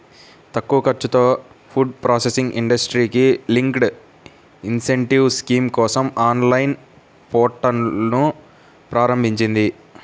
తక్కువ ఖర్చుతో food processing ఇండస్ట్రీకి లింక్డ్ ఇన్సెంటివ్ స్కీమ్ కోసం ఆన్లైన్ పోర్టల్ను ప్రారంభించింది